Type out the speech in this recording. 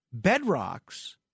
bedrocks